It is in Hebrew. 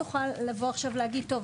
אתה לא תוכל לבוא עכשיו להגיד טוב,